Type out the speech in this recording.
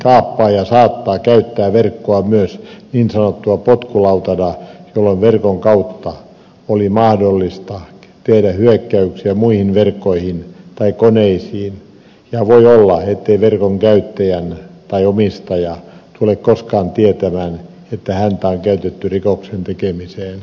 kaappaaja saattaa käyttää verkkoa myös niin sanottuna potkulautana jolloin verkon kautta on mahdollista tehdä hyökkäyksiä muihin verkkoihin tai koneisiin ja voi olla ettei verkon käyttäjä tai omistaja tule koskaan tietämään että häntä on käytetty rikoksen tekemisen